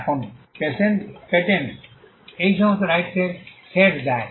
এখন পেটেন্টস এই সমস্ত রাইটস এর সেট দেয়